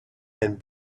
and